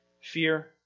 fear